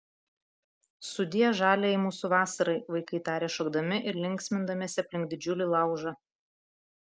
sudie žaliajai mūsų vasarai vaikai tarė šokdami ir linksmindamiesi aplink didžiulį laužą